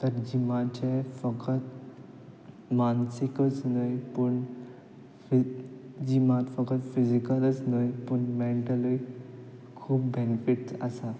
तर जिमाचे फकत मानसिकच न्हय पूण फि जिमांत फकत फिजिकलच न्हय पूण मँटलूय खूब बॅनिफिट्स आसात